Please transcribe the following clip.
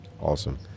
Awesome